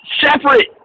separate